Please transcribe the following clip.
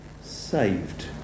saved